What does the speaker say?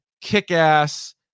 Kick-Ass